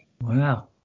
Wow